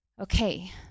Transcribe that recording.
okay